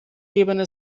ebene